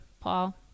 Paul